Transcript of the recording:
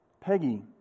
Peggy